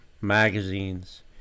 magazines